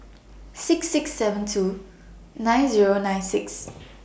six six seven two nine Zero nine six